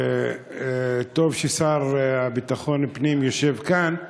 טוב שהשר לביטחון הפנים יושב כאן.